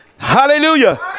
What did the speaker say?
Hallelujah